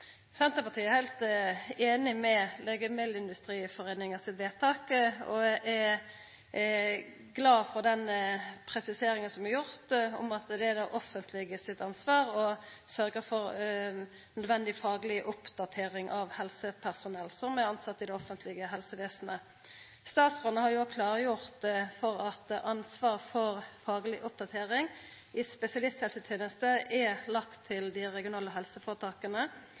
Senterpartiet er heilt einig i Legemiddelindustriforeninga sitt vedtak og er glad for den presiseringa som er gjord om at det er det offentlege sitt ansvar å sørgja for nødvendig fagleg oppdatering av helsepersonell som er tilsette i det offentlege helsevesen. Statsråden har òg klargjort at ansvaret for fagleg oppdatering i spesialisthelsetenesta er lagt til dei regionale helseføretaka,